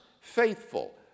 faithful